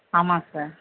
ஆமாம் சார்